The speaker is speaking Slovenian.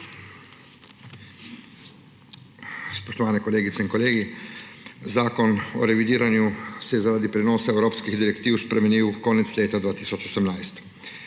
Spoštovane kolegice in kolegi! Zakon o revidiranju se je zaradi prenosa evropskih direktiv spremenil konec leta 2018.